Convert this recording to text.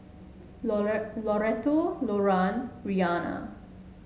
Loretto Loran Rhianna